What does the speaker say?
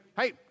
hey